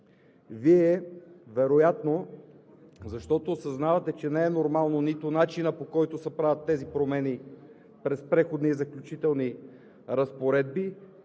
Вие вероятно, защото осъзнавате, че не е нормално нито начинът, по който се правят тези промени – през Преходни и заключителни разпоредби,